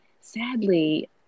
sadly